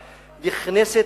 נכנסת,